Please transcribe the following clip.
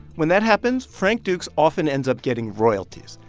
when that happens, frank dukes often ends up getting royalties.